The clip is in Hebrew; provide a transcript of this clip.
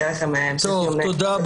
הישיבה ננעלה בשעה 09:40.